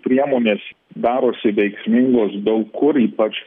priemonės darosi veiksmingos daug kur ypač